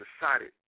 decided